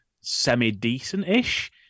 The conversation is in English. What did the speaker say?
semi-decent-ish